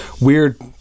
weird